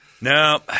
No